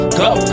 go